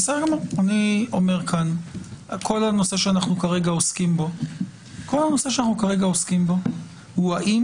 כל הנושא שאנחנו כרגע עוסקים בו הוא האם